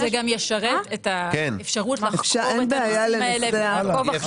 זה גם ישרת את האפשרות לחקור את הנושאים האלה ולעקוב אחריהם.